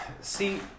See